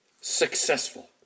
successful